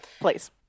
please